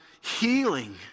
healing